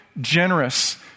generous